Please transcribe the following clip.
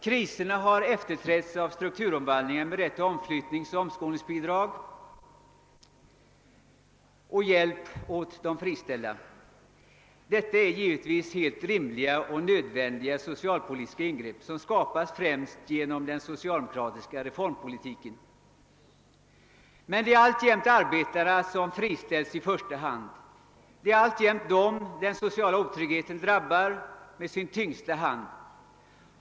Kriserna har efterträtts av s.k. strukturomvandlingar med rätt till omflyttningsoch omskolningsbidrag och hjälp åt de friställda. Detta är helt rimliga och nödvändiga socialpolitiska ingrepp, som skett främst genom vår socialdemokratiska reformpolitik. Men det är alltjämt arbetarna som friställs i första hand, det är alltjämt dem den sociala otryggheten drabbar med sin största tyngd.